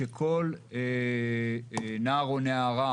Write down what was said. שכל נער או נערה,